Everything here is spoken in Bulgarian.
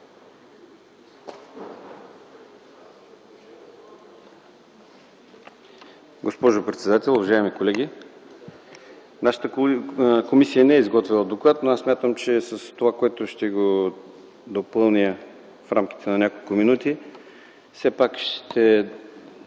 Госпожо председател, уважаеми колеги, нашата комисия не е изготвила доклад, но смятам, че с това, което ще допълня в рамките на няколко минути, все пак ще